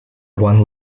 one